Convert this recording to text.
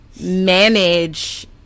manage